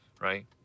right